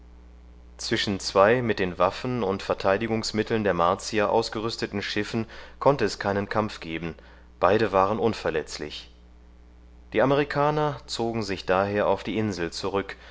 zwischen zwei mit den waffen und verteidigungsmitteln der martier ausgerüsteten schiffen konnte es keinen kampf geben beide waren unverletzlich die amerikaner zogen sich daher auf die insel zurück